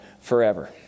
forever